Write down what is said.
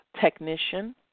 technician